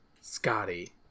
Scotty